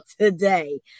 today